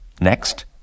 Next